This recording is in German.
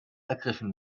ergriffen